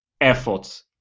effort